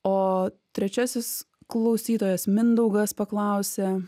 o trečiasis klausytojas mindaugas paklausė